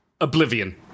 Oblivion